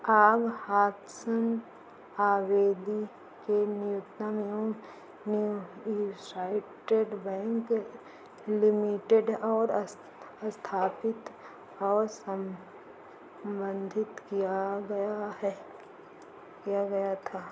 आँग हातसन आवेदी के में यूसाइटेड बैंक लिमिटेड और अस स्थापित हौसन मनधित किया गया है किया गया था